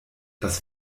das